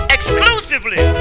Exclusively